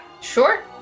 sure